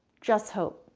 just hope,